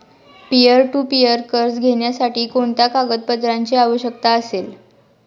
Peer to peer कर्ज घेण्यासाठी कोणत्या कागदपत्रांची आवश्यकता असेल?